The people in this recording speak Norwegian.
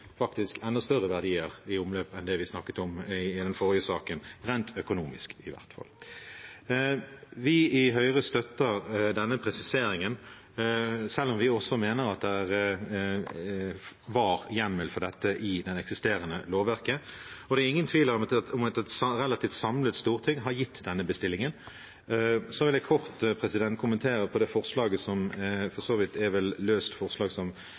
faktisk enda større verdier i omløp enn det vi snakket om i forrige sak, i hvert fall rent økonomisk. Vi i Høyre støtter denne presiseringen, selv om vi også mener at det var hjemmel for det i det eksisterende lovverket. Og det er ingen tvil om at et relativt samlet storting har gitt denne bestillingen. Så vil jeg kort kommentere det forslaget som er et løst forslag